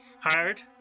hired